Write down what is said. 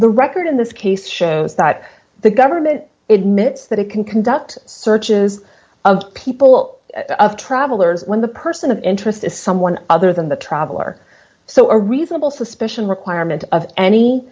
rd in this case shows that the government admits that it can conduct searches of people of travelers when the person of interest is someone other than the traveler so a reasonable suspicion requirement of any